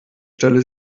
stelle